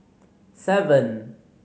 seven